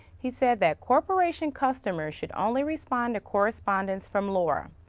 he said that corporation customers should only respond to correspondence from lara.